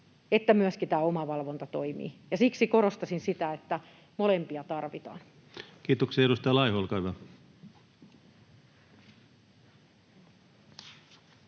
että myöskin tämä omavalvonta toimii. Siksi korostaisin sitä, että molempia tarvitaan. Kiitoksia. — Edustaja Laiho, olkaa hyvä.